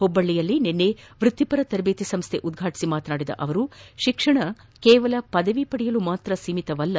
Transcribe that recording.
ಹುಬ್ಬಳ್ಳಿಯಲ್ಲಿ ನಿನ್ನೆ ವೃತ್ತಿಪರ ತರಬೇತಿ ಸಂಸ್ಥೆಯನ್ನು ಉದ್ಘಾಟಿಸಿ ಮಾತನಾಡಿದ ಅವರು ಶಿಕ್ಷಣ ಕೇವಲ ಪದವಿ ಪಡೆಯಲು ಮಾತ್ರ ಒೕಮಿತವಲ್ಲ